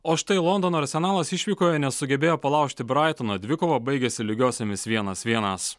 o štai londono arsenalas išvykoje nesugebėjo palaužti braitono dvikova baigėsi lygiosiomis vienas vienas